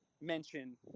mention